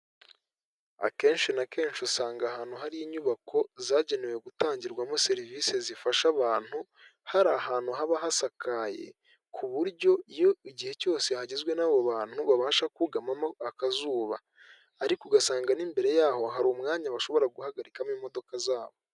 Akenshi na kenshi usanga ahantu hari inyubako zagenewe gutangirwamo serivisi zifasha abantu hari ahantu haba hasakaye ku buryo iyo igihe cyose hagizwe n’abo bantu babasha kuwugamamo akazuba, ariko ugasanga n’imbere yaho hari umwanya bashobora guhagarikamo imodoka zabo.